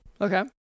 Okay